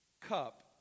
cup